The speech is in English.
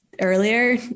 earlier